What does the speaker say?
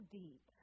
deep